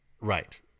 Right